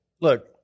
Look